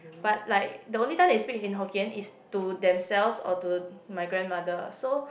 but like the only time they speak in Hokkien is to themselves or to my grandmother so